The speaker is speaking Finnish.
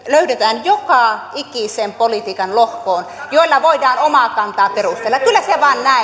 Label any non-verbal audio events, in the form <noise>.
<unintelligible> löydetään joka ikiseen politiikanlohkoon jolla voidaan omaa kantaa perustella kyllä se vain näin <unintelligible>